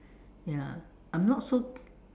ya I'm not so